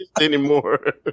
anymore